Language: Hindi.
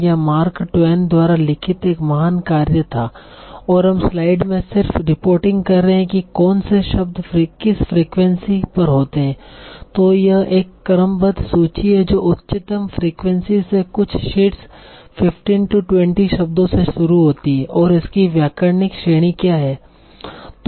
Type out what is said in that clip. यह मार्क ट्वेन द्वारा लिखित एक महान कार्य था और हम स्लाइड में सिर्फ रिपोर्टिंग कर रहे हैं कि कौन से शब्द किस फ्रीक्वेंसी पर होते हैं तो यह एक क्रमबद्ध सूची है जो उच्चतम फ्रीक्वेंसी से कुछ शीर्ष 15 20 शब्दों से शुरू होती है और इसकी व्याकरणिक श्रेणी क्या है